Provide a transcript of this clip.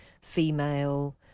female